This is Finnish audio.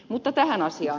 mutta tähän asiaan